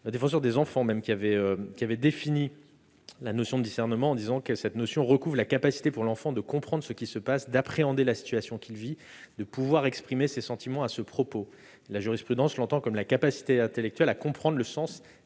la Défenseure des enfants a précisé en 2008 que « cette notion recouvre la capacité pour l'enfant de comprendre ce qui se passe, d'appréhender la situation qu'il vit, de pouvoir exprimer ses sentiments à ce propos ». La jurisprudence l'entend comme la capacité intellectuelle à comprendre le sens